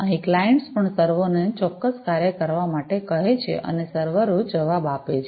અહીં ક્લાયંટ્સ પણ સર્વરો ને ચોક્કસ કાર્ય કરવા માટે કહે છે અને સર્વરો જવાબ આપે છે